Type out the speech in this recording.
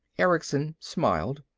erickson smiled.